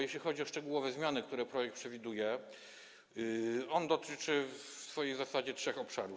Jeśli chodzi o szczegółowe zmiany, które projekt przewiduje, dotyczy on w swojej zasadzie trzech obszarów.